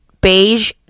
beige